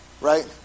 right